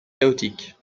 chaotique